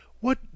What